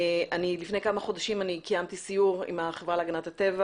לפני כמה חודשים אני קיימתי סיור עם החברה להגנת הטבע